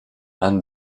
and